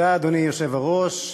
אדוני היושב-ראש,